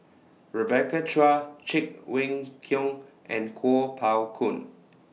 Rebecca Chua Cheng Wei Keung and Kuo Pao Kun